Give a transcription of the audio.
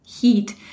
heat